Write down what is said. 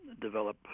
develop